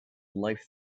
life